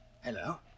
Hello